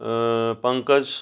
Pankaj